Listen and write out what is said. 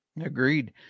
Agreed